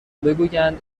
بگویند